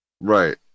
right